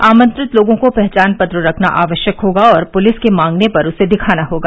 आमंत्रित लोगों को पहचान पत्र रखना आवश्यक होगा और पुलिस के मांगने पर उसे दिखाना होगा